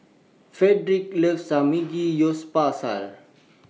Fredrick loves Samgeyopsal